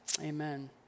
Amen